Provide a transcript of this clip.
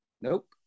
Nope